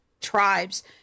tribes